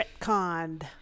Retconned